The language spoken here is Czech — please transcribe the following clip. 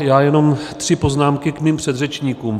Já jenom tři poznámky k mým předřečníkům.